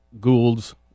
Goulds